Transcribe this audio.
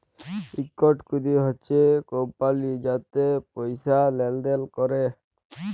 ইকট ক্যরে হছে কমপালি যাতে পয়সা লেলদেল ক্যরে